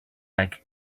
like